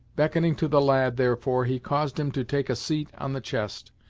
beckoning to the lad, therefore, he caused him to take a seat on the chest,